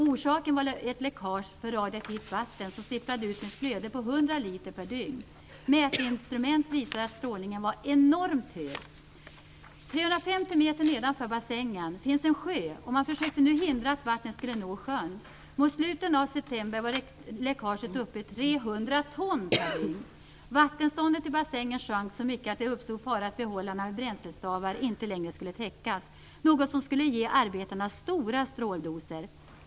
Orsaken var ett läckage, där radioaktivt vatten sipprade ut med ett flöde på 100 liter per dygn. Mätinstrument visade att strålningen var enormt hög. 350 m nedanför bassängen finns en sjö, och man försökte hindra vattnet från att nå sjön. Mot slutet av september var läckaget uppe i 300 ton per dygn. Vattenståndet i bassängen sjönk så mycket att det uppstod fara att behållarna med bränslestavar inte längre skulle täckas, något som skulle ge arbetarna stora stråldoser.